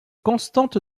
constante